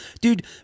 Dude